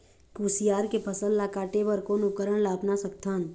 कुसियार के फसल ला काटे बर कोन उपकरण ला अपना सकथन?